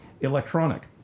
Electronic